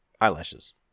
Eyelashes